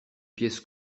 pièces